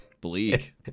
bleak